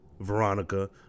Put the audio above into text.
Veronica